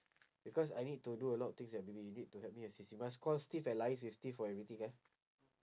because I need to do a lot of things eh maybe you need to help me assist you must call steve and liaise with steve for everything ah